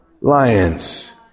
lions